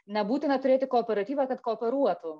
nebūtina turėti kooperatyvą kad kooperuotų